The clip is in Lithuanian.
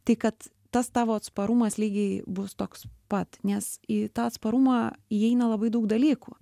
tai kad tas tavo atsparumas lygiai bus toks pat nes į tą atsparumą įeina labai daug dalykų